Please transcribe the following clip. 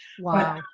Wow